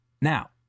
Now